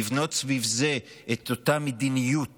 לבנות סביב זה את אותה מדיניות